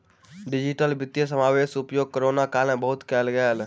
digital वित्तीय समावेशक उपयोग कोरोना काल में बहुत कयल गेल